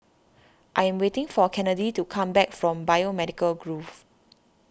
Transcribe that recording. I am waiting for Kennedy to come back from Biomedical Grove